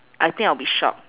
I think I'll be shocked